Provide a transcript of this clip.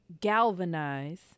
galvanize